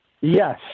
Yes